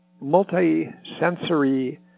multi-sensory